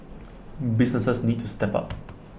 businesses need to step up